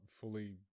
fully